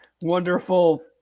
wonderful